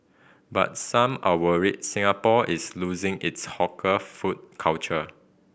but some are worried Singapore is losing its hawker food culture